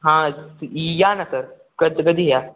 हां या ना सर कधी कधी याल